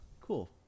Cool